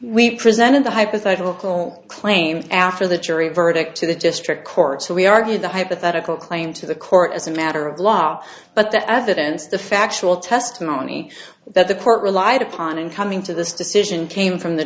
we presented the hypothetical claim after the jury verdict to the district court so we argued the hypothetical claim to the court as a matter of law but the evidence the factual testimony that the court relied upon in coming to this decision came from the